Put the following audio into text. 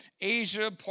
Asia